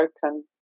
broken